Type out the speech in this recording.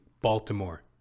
Baltimore